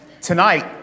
Tonight